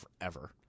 forever